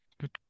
Good